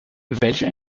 welche